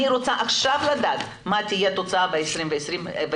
אני רוצה עכשיו לדעת מה תהיה התוצאה ב-2021 באמצעות